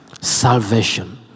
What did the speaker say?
Salvation